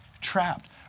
trapped